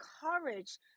courage